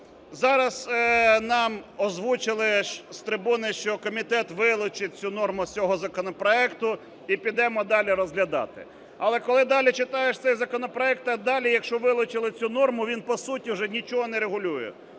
Зараз нам озвучили з трибуни, що комітет вилучить цю норму з цього законопроекту і підемо далі розглядати. Але коли далі читаєш цей законопроект, далі, якщо вилучили цю норму, він, по суті, уже нічого не регулює.